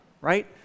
right